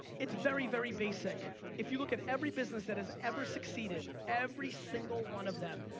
it's very, very basic if you look at every business that is ever succeeded, every single one of them,